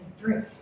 drink